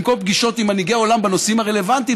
במקום פגישות עם מנהיגי העולם בנושאים הרלוונטיים,